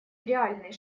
реальный